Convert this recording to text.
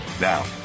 now